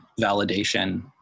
validation